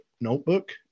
notebook